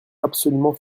absolument